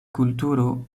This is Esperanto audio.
kulturo